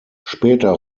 später